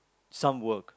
some work